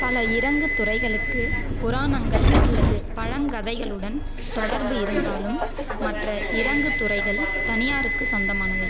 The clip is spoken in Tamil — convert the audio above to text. பல இறங்கு துறைகளுக்குப் புராணங்கள் அல்லது பழங்கதைகளுடன் தொடர்பு இருந்தாலும் மற்ற இறங்கு துறைகள் தனியாருக்கு சொந்தமானவை